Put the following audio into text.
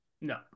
No